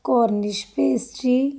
cornish pastry